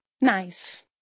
nice